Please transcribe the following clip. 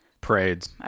Parades